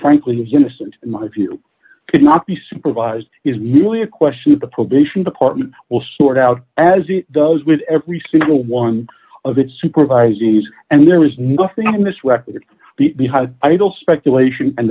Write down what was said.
frankly is innocent in my if you could not be supervised is merely a question of the probation department will sort out as it does with every single one of its supervises and there is nothing on this record the idle speculation and